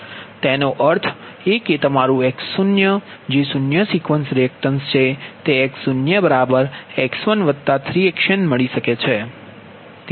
તેનો અર્થ એ કે તમારું X0 જે શૂન્ય સિક્વન્સ રિએક્ટન્સ છે તે X0X13Xn મળી શકે છે